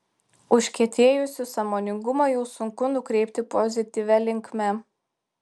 užkietėjusių sąmoningumą jau sunku nukreipti pozityvia linkme